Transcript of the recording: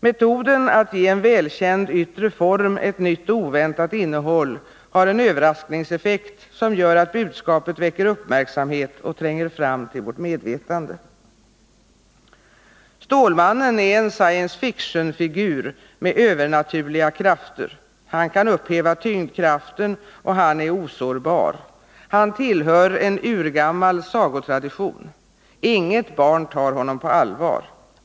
Metoden att ge en välkänd yttre form ett nytt och oväntat innehåll har en överraskningseffekt, som gör att budskapet väcker uppmärksamhet och tränger fram till vårt medvetande. Stålmannen är en science fiction-figur med övernaturliga krafter. Han kan upphäva tyngdkraften, och han är osårbar. Han tillhör en urgammal sagotradition. Inget barn tar honom på allvar.